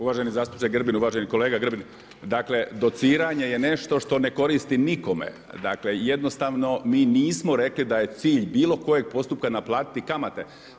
Uvaženi zastupniče Grbin, uvaženi kolega Grbin, dakle dociranje je nešto što ne koristi nikome, dakle jednostavno mi nismo rekli da je cilj bilokojeg postupka naplatiti kamate.